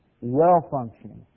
well-functioning